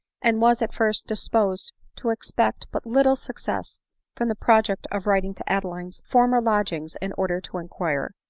and was at first disposed to expect but little success from the project of writing to adeline's former lodgings in order to inquire.